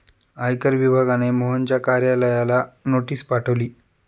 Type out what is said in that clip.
आयकर विभागाने मोहनच्या कार्यालयाला नोटीस पाठवली